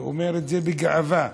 ואומר את זה בגאווה: